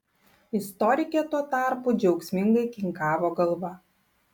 istorikė tuo tarpu džiaugsmingai kinkavo galva